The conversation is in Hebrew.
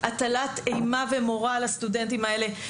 הטלת אימה ומורא על הסטודנטים האלה,